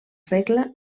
regla